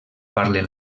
parlen